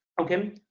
Okay